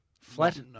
Flat